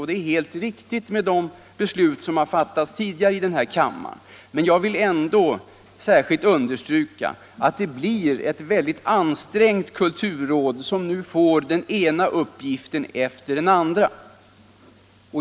Det är helt riktigt med hänsyn till de beslut som har fattats tidigare i den här kammaren. Men jag vill ändå särskilt understryka att det blir ett mycket ansträngt kulturråd som nu får den ena viktiga uppgiften efter den andra.